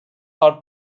out